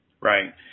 Right